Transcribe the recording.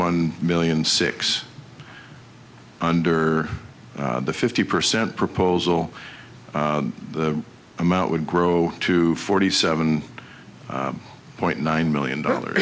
one million six under the fifty percent proposal the amount would grow to forty seven point nine million dollars